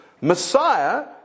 Messiah